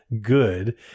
good